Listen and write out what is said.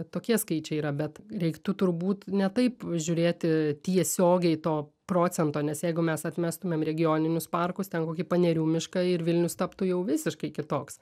tokie skaičiai yra bet reiktų turbūt ne taip žiūrėti tiesiogiai to procento nes jeigu mes atmestumėm regioninius parkus ten kokį panerių mišką ir vilnius taptų jau visiškai kitoks